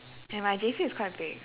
and my J_C is quite big